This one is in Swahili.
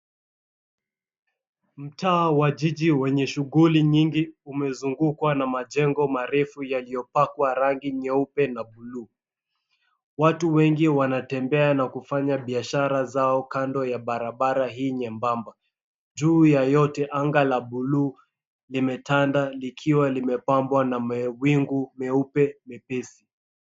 Mtaa wa jiji wenye shughuli nyingi umezungukwa na majengo marefu yaliyopakwa rangi nyeupe na buluu. Watu wengi wanatembea na kufanya biashara zao kando ya barabara hii nyembamba. Juu ya yote anga la buluu limetanda likiwa limepambwa na mawingu meupe mepesi.